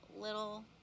little